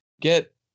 get